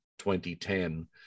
2010